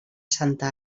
santa